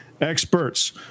experts